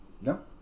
no